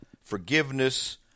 forgiveness